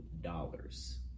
Dollars